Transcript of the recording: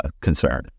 concern